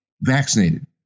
vaccinated